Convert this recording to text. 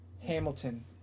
Hamilton